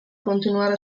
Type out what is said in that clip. continuare